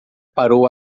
parou